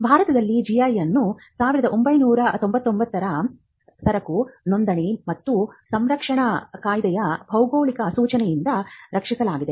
ಭಾರತದಲ್ಲಿ ಜಿಐ ಅನ್ನು 1999 ರ ಸರಕು ನೋಂದಣಿ ಮತ್ತು ಸಂರಕ್ಷಣಾ ಕಾಯ್ದೆಯ ಭೌಗೋಳಿಕ ಸೂಚನೆಯಿಂದ ರಕ್ಷಿಸಲಾಗಿದೆ